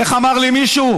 איך אמר לי מישהו?